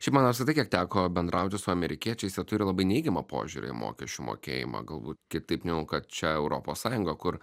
šiaip man apskritai kiek teko bendrauti su amerikiečiais jie turi labai neigiamą požiūrį į mokesčių mokėjimą galbūt kitaip negu kad čia europos sąjungoje kur